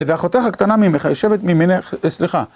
ואחותך הקטנה ממך יושבת מימינך... סליחה.